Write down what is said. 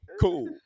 Cool